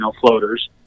floaters